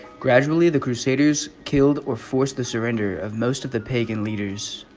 gradually the crusaders killed or forced the surrender of most of the pagan leaders